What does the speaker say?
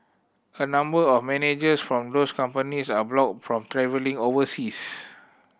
a number of managers from those companies are blocked from travelling overseas